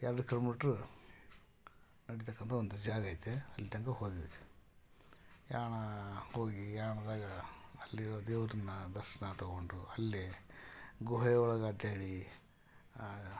ಎರಡು ಕಿಲೋಮೀಟ್ರ್ ನಡೀತಕ್ಕಂಥ ಒಂದು ಜಾಗ ಐತೆ ಅಲ್ಲಿ ತನಕ ಹೋದ್ವಿ ಯಾಣ ಹೋಗಿ ಯಾಣದಾಗ ಅಲ್ಲಿರುವ ದೇವರನ್ನು ದರ್ಶನ ತಗೊಂಡು ಅಲ್ಲೇ ಗುಹೆ ಒಳಗೆ ಅಡ್ಯಾಡಿ